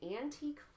antique